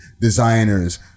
designers